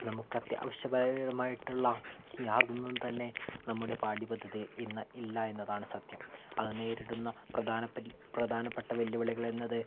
നമുക്ക് അത്യാവശ്യമായിട്ടുള്ള യാതൊന്നും തന്നെ നമ്മുടെ പാഠ്യ പദ്ധതിയിൽ ഇന്ന് ഇല്ല എന്നതാണ് സത്യം അത് നേരിടുന്ന പ്രധാന പ്രധാനപ്പെട്ട വെല്ലുവിളികൾ എന്നത്